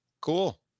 cool